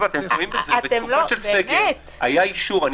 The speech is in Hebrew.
בתקופה של סגר היה אישור.